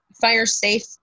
fire-safe